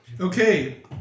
Okay